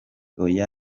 oya